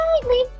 slightly